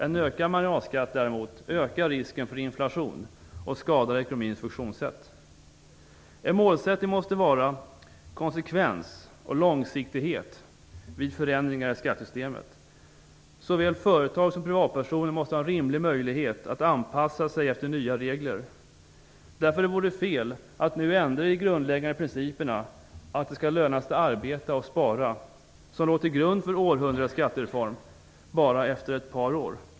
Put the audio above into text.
En ökad marginalskatt däremot ökar risken för inflation och skadar ekonomins funktionssätt. En målsättning måste vara konsekvens och långsiktighet vid förändringar i skattesystemet. Såväl företag som privatpersoner måste ha en rimlig möjlighet att anpassa sig efter nya regler. Därför vore det fel att nu ändra i de grundläggande principerna, att det skall löna sig att arbeta och spara, som låg till grund för "århundradets skattereform", bara efter ett par år.